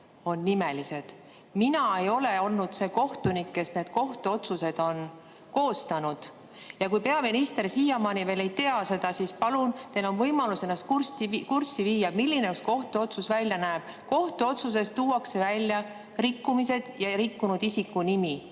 Mina ei ole olnud see kohtunik, kes need kohtuotsused on koostanud. Kui peaminister siiamaani veel ei tea seda, siis palun, teil on võimalus ennast kurssi viia, milline üks kohtuotsus välja näeb. Kohtuotsuses tuuakse välja rikkumised ja rikkunud isiku nimi